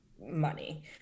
money